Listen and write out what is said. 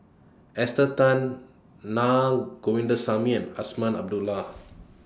Esther Tan Naa Govindasamy and Azman Abdullah